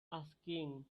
asking